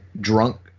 drunk